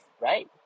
right